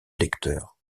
lecteur